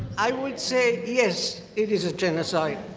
i would say yes, it is a genocide.